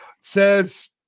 says